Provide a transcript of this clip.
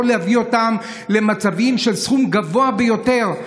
זה יכול להביא אותם למצבים של סכום גבוה ביותר,